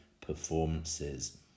performances